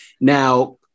Now